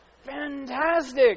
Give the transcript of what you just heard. fantastic